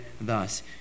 thus